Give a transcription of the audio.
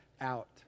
out